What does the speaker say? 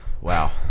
Wow